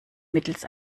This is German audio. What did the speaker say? mittels